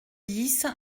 dix